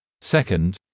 Second